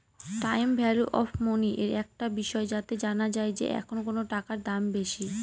time value of money একটা বিষয় যাতে জানা যায় যে এখন কোনো টাকার দাম বেশি